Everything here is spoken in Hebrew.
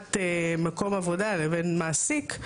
להנהלת מקום עבודה, לבין מעסיק,